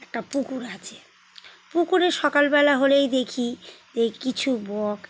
একটা পুকুর আছে পুকুরে সকালবেলা হলেই দেখি যে কিছু বক